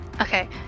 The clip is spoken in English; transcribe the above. Okay